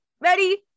Ready